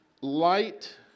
light